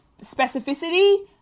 specificity